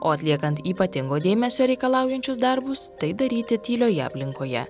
o atliekant ypatingo dėmesio reikalaujančius darbus tai daryti tylioje aplinkoje